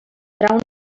trau